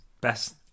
Best